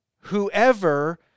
whoever